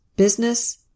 Business